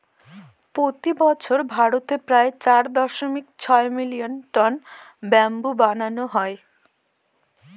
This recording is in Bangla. প্রতি বছর ভারতে প্রায় চার দশমিক ছয় মিলিয়ন টন ব্যাম্বু বানানো হয়